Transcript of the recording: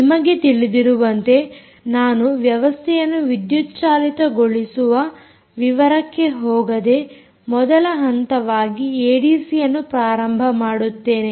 ನಿಮಗೆ ತಿಳಿದಿರುವಂತೆ ನಾನು ವ್ಯವಸ್ಥೆಯನ್ನು ವಿದ್ಯುತ್ ಚಾಲಿತಗೊಳಿಸುವ ವಿವರಕ್ಕೆ ಹೋಗದೆ ಮೊದಲ ಹಂತವಾಗಿ ಏಡಿಸಿಯನ್ನು ಪ್ರಾರಂಭ ಮಾಡುತ್ತೇನೆ